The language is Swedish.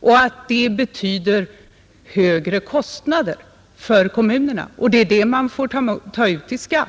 och att det betyder högre kostnader för kommunerna, och det är det man får ta ut i skatt.